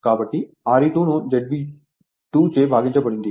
కాబట్టి Re2 ను ZB2 చే భాగించబడింది